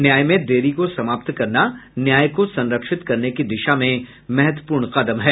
न्याय में देरी को समाप्त करना न्याय को संरक्षित करने की दिशा में महत्वपूर्ण कदम है